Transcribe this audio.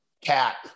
cat